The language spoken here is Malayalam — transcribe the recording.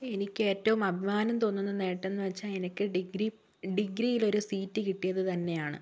എനിക്ക് ഏറ്റവും അഭിമാനം തോന്നുന്ന നേട്ടം എന്നുവച്ചാൽ എനിക്ക് ഡിഗ്രി ഡിഗ്രിയിൽ ഒരു സീറ്റ് കിട്ടിയത് തന്നെയാണ്